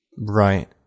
Right